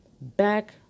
back